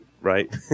Right